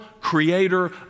creator